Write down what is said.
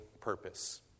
purpose